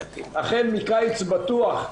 החל מקיץ בטוח,